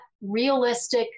realistic